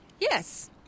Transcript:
Yes